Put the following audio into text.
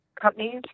companies